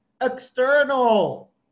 external